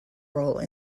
role